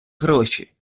гроші